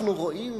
אנחנו רואים